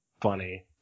funny